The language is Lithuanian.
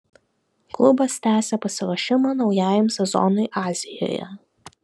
klubas tęsia pasiruošimą naujajam sezonui azijoje